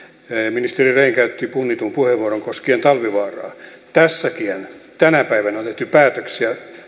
ministeri rehn käytti punnitun puheenvuoron koskien talvivaaraa tässäkin tänä päivänä on tehty päätöksiä